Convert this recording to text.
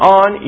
on